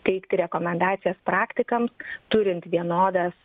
teikti rekomendacijas praktikams turint vienodas